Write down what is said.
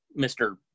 Mr